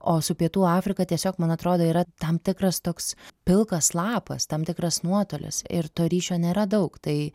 o su pietų afrika tiesiog man atrodo yra tam tikras toks pilkas lapas tam tikras nuotolis ir to ryšio nėra daug tai